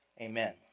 amen